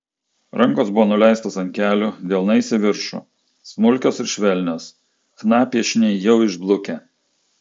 rankos buvo nuleistos ant kelių delnais į viršų smulkios ir švelnios chna piešiniai jau išblukę